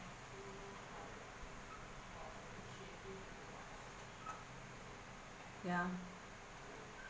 ya